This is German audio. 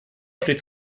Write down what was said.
steht